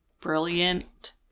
brilliant